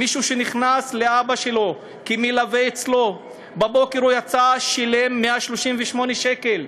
של מישהו שנכנס לאבא שלו כמלווה שלו ובבוקר הוא יצא ושילם 138 שקל.